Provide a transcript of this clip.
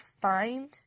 find